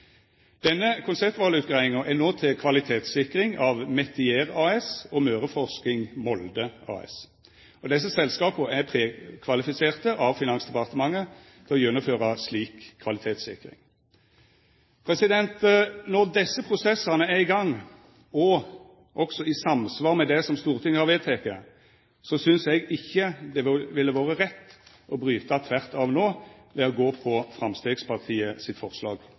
Denne konseptvalutgreiinga er no til kvalitetssikring av Metier AS og Møreforsking Molde AS. Desse selskapa er prekvalifiserte av Finansdepartementet til å gjennomføra slik kvalitetssikring. Når desse prosessane er i gang, og også i samsvar med det som Stortinget har vedteke, synest eg ikkje det ville vore rett å bryta tvert av no ved å gå for Framstegspartiet sitt forslag